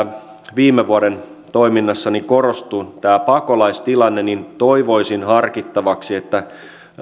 viime vuoden toiminnassa korostuu tämä pakolaistilanne niin toivoisin harkittavaksi että